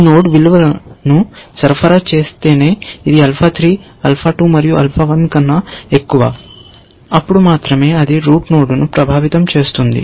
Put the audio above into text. ఈ నోడ్ విలువను సరఫరా చేస్తేనే ఇది ఆల్ఫా 3 ఆల్ఫా 2 మరియు ఆల్ఫా 1 కన్నా ఎక్కువ అప్పుడు మాత్రమే అది రూట్ నోడ్ను ప్రభావితం చేస్తుంది